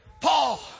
Paul